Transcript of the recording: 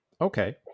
Okay